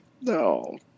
No